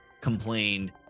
complained